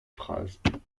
phrases